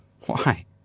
Why